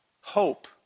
hope